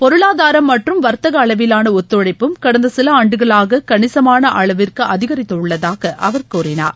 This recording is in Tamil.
பொருளாதாரம் மற்றும் வர்த்தக அளவிலான ஒத்துழைப்பும் கடந்த சில ஆண்டுகளாக கணிசமான அளவிற்கு அதிகரித்துள்ளதாக அவர் கூறினார்